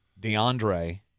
DeAndre